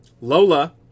Lola